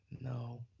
no